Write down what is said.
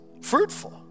Fruitful